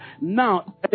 Now